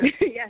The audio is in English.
yes